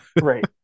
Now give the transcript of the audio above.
Right